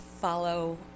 follow